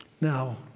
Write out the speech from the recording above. Now